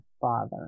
father